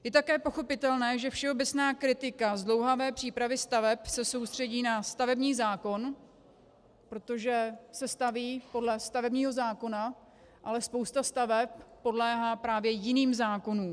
Je také pochopitelné, že všeobecná kritika zdlouhavé přípravy staveb se soustředí na stavební zákon, protože se staví podle stavebního zákona, ale spousta staveb podléhá právě jiným zákonům.